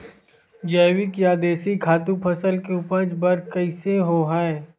जैविक या देशी खातु फसल के उपज बर कइसे होहय?